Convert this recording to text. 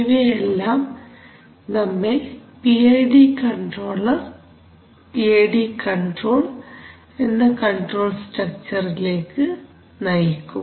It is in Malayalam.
ഇവയെല്ലാം നമ്മെ പി ഐ ഡി കൺട്രോൾ എന്ന കൺട്രോൾ സ്ട്രക്ചറിലേക്ക് നയിക്കും